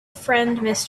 friend